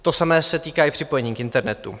To samé se týká i připojení k internetu.